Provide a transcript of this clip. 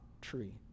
tree